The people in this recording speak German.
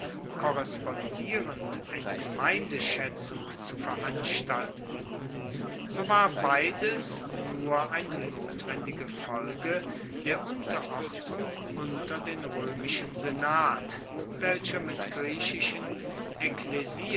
korrespondierend eine gemeindeschaetzung zu veranstalten so war beides nur eine notwendige folge der unterordnung unter den roemischen senat welcher mit griechischen